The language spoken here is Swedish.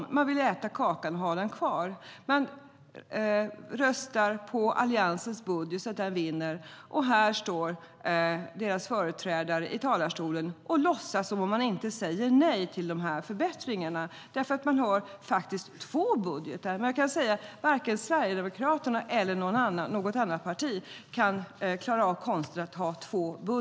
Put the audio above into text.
De vill både äta kakan och ha den kvar. Man röstar på Alliansens budget så att den vinner, och här står deras företrädare i talarstolen och låtsas som om de inte säger nej till de här förbättringarna. Man har faktiskt två budgetar, men varken Sverigedemokraterna eller något annat parti klarar av den konsten.